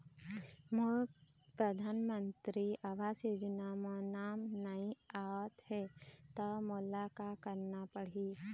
मोर परधानमंतरी आवास योजना म नाम नई आत हे त मोला का करना पड़ही?